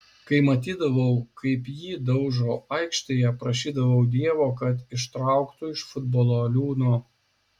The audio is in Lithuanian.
kai matydavau kaip jį daužo aikštėje prašydavau dievo kad ištrauktų iš futbolo liūno